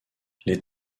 les